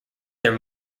their